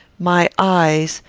my eyes,